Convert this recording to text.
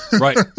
Right